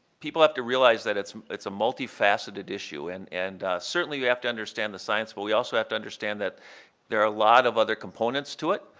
people have to realize it's it's a multi-faceted issue, and and certainly you have to understand the science, but we also have to understand that there are a lot of other components to it.